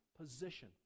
position